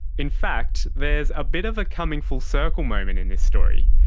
in fact, there's a bit of a coming full circle moment in this story.